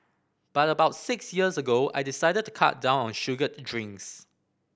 but about six years ago I decided to cut down on sugared drinks